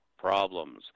Problems